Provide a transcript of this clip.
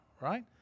right